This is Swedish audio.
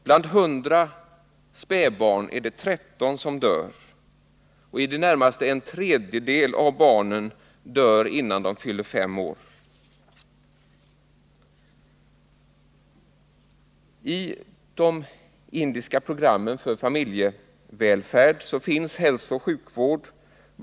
Bland 100 spädbarn är det 13 som dör, och i det närmaste en tredjedel av barnen dör innan de fyller fem år.